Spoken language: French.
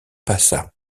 passa